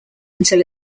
until